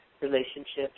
relationships